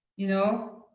you know?